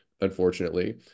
unfortunately